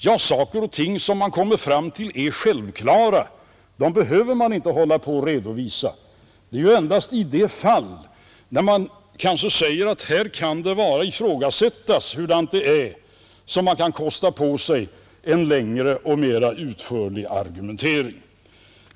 Ja, saker och ting som man kommer fram till är självklara, dem behöver man inte hålla på att redovisa. Det är ju endast i de fall, där man finner att det kanske kan ifrågasättas hurdant läget är, som man kostar på sig en längre och mera utförlig argumentering.